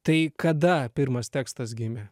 tai kada pirmas tekstas gimė